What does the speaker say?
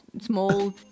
small